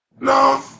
No